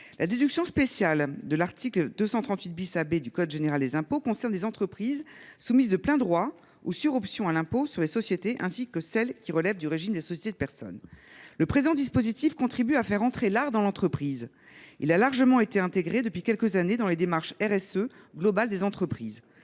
La déduction spéciale concerne les entreprises soumises de plein droit ou sur option à l’impôt sur les sociétés, ainsi que celles qui relèvent du régime des sociétés de personnes. Le présent dispositif contribue à faire entrer l’art dans l’entreprise. Il a largement été intégré, depuis quelques années, dans les démarches globales de responsabilité